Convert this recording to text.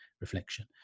reflection